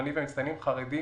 למחוננים ומצטיינים חרדים